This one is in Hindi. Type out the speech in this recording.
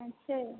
अच्छा है